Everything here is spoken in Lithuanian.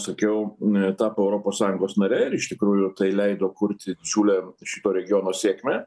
sakiau na tapo europos sąjungos nare ir iš tikrųjų tai leido kurti didžiulę šito regiono sėkmę